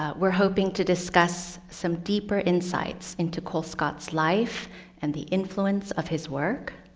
ah we're hoping to discuss some deeper insights into colescott's life and the influence of his work,